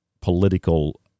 political